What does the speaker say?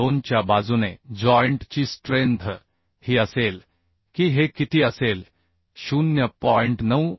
2 2 च्या बाजूने जॉइंट ची स्ट्रेंथ ही असेल की हे किती असेल 0